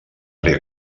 àrea